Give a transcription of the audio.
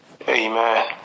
Amen